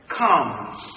comes